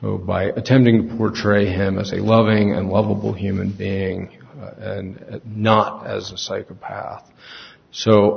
issue by attempting to portray him as a loving and lovable human being and not as a psychopath so